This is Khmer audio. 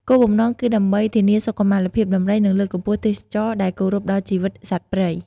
គោលបំណងគឺដើម្បីធានាសុខុមាលភាពដំរី និងលើកកម្ពស់ទេសចរណ៍ដែលគោរពដល់ជីវិតសត្វព្រៃ។